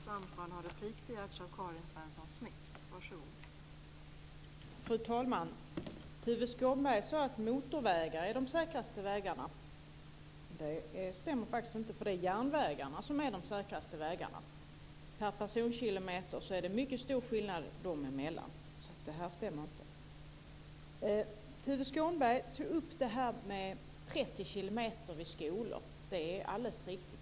Fru talman! Tuve Skånberg sade att motorvägar är de säkraste vägarna. Det stämmer faktiskt inte, för det är järnvägarna som är de säkraste vägarna. Det är mycket stor skillnad dessa två emellan per personkilometer. Så det stämmer inte. Tuve Skånberg tog upp det här med 30 kilometer vid skolor. Det är alldeles riktigt.